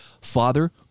Father